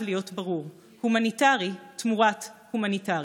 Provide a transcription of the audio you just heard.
להיות ברור: הומניטרי תמורת הומניטרי.